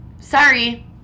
Sorry